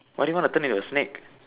what do you want to turn into a snake